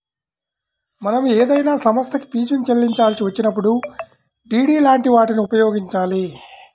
మనం ఏదైనా సంస్థకి ఫీజుని చెల్లించాల్సి వచ్చినప్పుడు డి.డి లాంటి వాటిని ఉపయోగించాలి